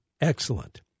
Excellent